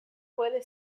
puede